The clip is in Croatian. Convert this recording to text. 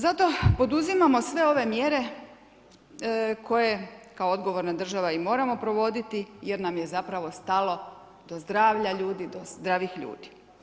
Zato poduzimamo sve ove mjere koje kao odgovorna država i moramo provoditi, jer nam je zapravo stalo do zdravlja ljudi, do zdravih ljudi.